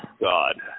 God